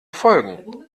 folgen